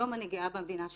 היום אני גאה במדינה שלי."